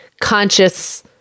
conscious